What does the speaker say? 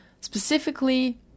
Specifically